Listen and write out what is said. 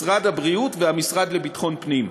משרד הבריאות והמשרד לביטחון הפנים.